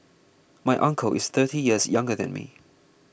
my uncle is thirty years younger than me